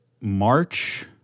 March